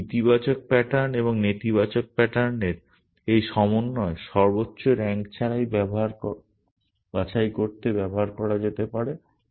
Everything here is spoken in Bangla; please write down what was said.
এই ইতিবাচক প্যাটার্ন এবং নেতিবাচক প্যাটার্নের এই সমন্বয় সর্বোচ্চ র্যাঙ্ক বাছাই করতে ব্যবহার করা যেতে পারে